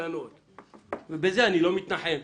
קטנות אבל בזה אני לא מתנחם.